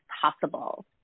possible